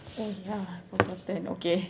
oh ya I forgotten okay